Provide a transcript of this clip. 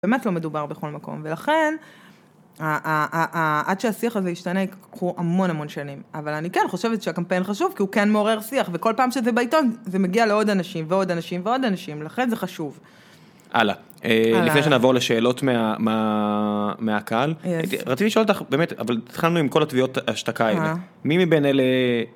באמת לא מדובר בכל מקום, ולכן עד שהשיח הזה ישתנה יקחו המון המון שנים אבל אני כן חושבת שהקמפיין חשוב כי הוא כן מעורר שיח, וכל פעם שזה בעיתון זה מגיע לעוד אנשים ועוד אנשים ועוד אנשים לכן זה חשוב. אהלן, לפני שנעבור לשאלות מהקהל רציתי לשאול אותך, באמת, אבל התחלנו עם כל התביעות השתקה האלה, מי מבין אלה